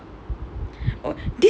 is just three dollar